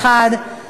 במוסדות על-תיכוניים (תיקון מס' 2),